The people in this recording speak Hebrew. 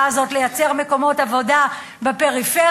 הזאת לייצר מקומות עבודה בפריפריה,